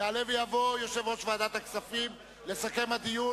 יעלה ויבוא יושב-ראש ועדת הכספים לסכם את הדיון,